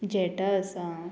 जेटा आसा